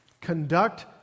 Conduct